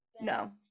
No